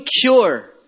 cure